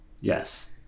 Yes